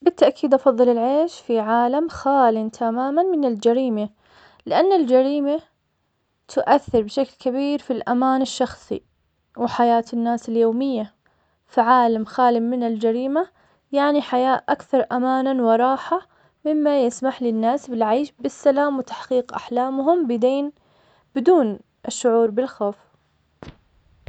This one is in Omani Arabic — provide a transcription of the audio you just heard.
بالتأكيد افضل العيش في عالم خالي تماما من الجريمة. لان الجريمة تؤثر بشكل كبير في الامان الشخصي. وحياة الناس اليومية في عالم خال من الجريمة يعني حياء اكثر امانا وراحة مما يسمح للناس بالعيش وتحقيق احلامهم بدين بدون الشعور بالخوف